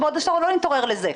שבעוד עשור לא נתעורר לזה.